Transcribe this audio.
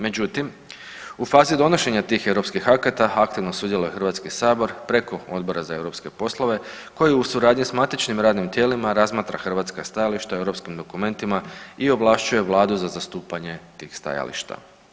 Međutim, u fazi donošenja tih europskih akata aktivno sudjeluje Hrvatski sabor preko Odbora za europske poslove koji u suradnji s matičnim radnim tijelima razmatra hrvatska stajališta o europskim dokumentima i ovlašćuje vladu za zastupanje tih stajališta.